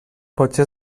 potser